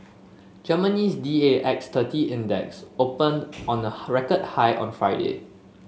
Germany's D A X thirty Index opened on a record high on Friday